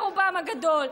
ברובם הגדול,